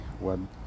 web